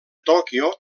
tòquio